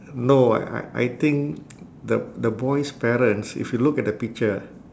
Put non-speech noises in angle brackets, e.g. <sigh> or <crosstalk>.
no I I I think <noise> the the boys' parents if you look at the picture